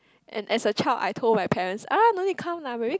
and as a child I told my parents ah no need come lah very